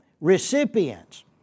recipients